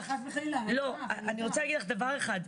--- חס וחלילה --- אני רוצה להגיד לך דבר אחד.